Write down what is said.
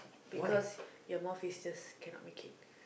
because your mouth is just cannot make it